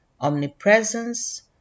omnipresence